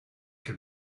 can